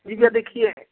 बिना भैया देखिये जब